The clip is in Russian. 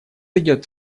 идет